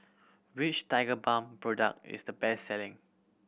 which Tigerbalm product is the best selling